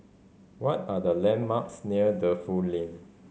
what are the landmarks near Defu Lane